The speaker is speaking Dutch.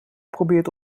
probeert